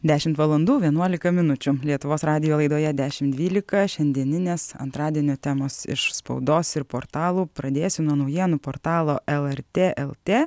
dešimt valandų vienuolika minučių lietuvos radijo laidoje dešimt dvylika šiandieninės antradienio temos iš spaudos ir portalų pradėsiu nuo naujienų portalo lrt lt